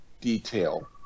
detail